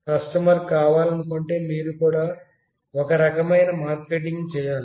customer కొనాలనుకుంటే మీరు కూడా ఒక రకమైన మార్కెటింగ్ చేయాలి